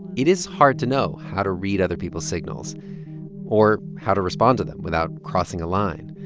it is hard to know how to read other people's signals or how to respond to them without crossing a line.